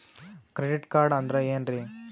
Credit card ಅಂದ್ರ ಏನ್ರೀ?